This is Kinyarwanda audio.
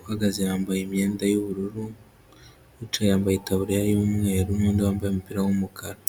uhagaze yambaye imyenda y'ubururu, uwicaye yambaye itaburiya y'umweru n'undi wambaye umupira w'umukara.